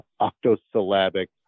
octosyllabic